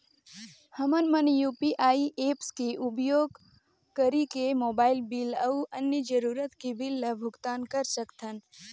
हमन मन UPI apps के उपयोग करिके मोबाइल बिल अऊ अन्य जरूरत के बिल ल भुगतान कर सकथन